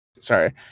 Sorry